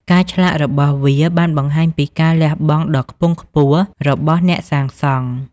ការឆ្លាក់របស់វាបានបង្ហាញពីការលះបង់ដ៏ខ្ពង់ខ្ពស់របស់អ្នកសាងសង់។